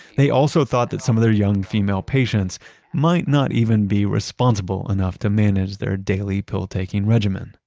they also thought that some of their young female patients might not even be responsible enough to manage their daily pill-taking regimen.